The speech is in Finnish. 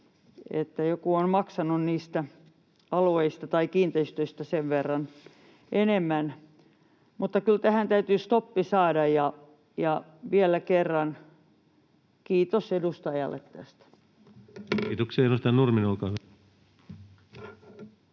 Joku on maksanut niistä alueista tai kiinteistöistä sen verran enemmän, mutta kyllä tähän täytyy stoppi saada. Vielä kerran kiitos edustajalle tästä. Kiitoksia. — Edustaja Nurminen,